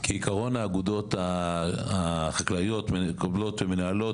כעיקרון האגודות החקלאיות מקבלות ומנהלות